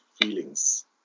feelings